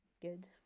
good